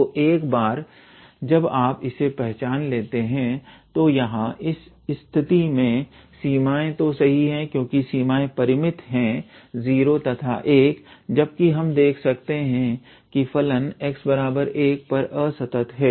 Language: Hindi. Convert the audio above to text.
तो एक बार जब आप इसे पहचान लेते हैं तो यहां इस स्थिति में सीमाएं तो सही है क्योंकि सीमाएं परिमित है 0 तथा 1 जबकि हम देख सकते हैं कि फलन x1 पर असंतत है